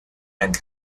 and